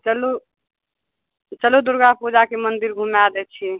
चलू चलू दुर्गापूजाके मन्दिर घुमा दै छियै